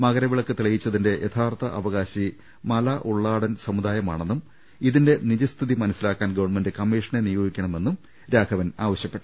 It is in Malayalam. മകരവിളക്ക് തെളിയിച്ചതിന്റെ യഥാർത്ഥ അവകാശി മല ഉള്ളാടൻ സമുദായമാണെന്നും ഇതിന്റെ നിജസ്ഥിതി മനസ്സിലാക്കാൻ ഗവൺമെന്റ് കമ്മീഷനെ നിയോഗിക്കണമെന്നും രാഘവൻ ആവശ്യമുന്നയിച്ചു